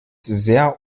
sehr